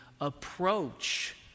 approach